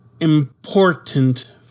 important